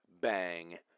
bang